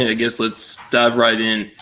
ah guess let's dive right in.